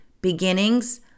beginnings